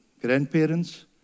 Grandparents